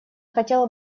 хотела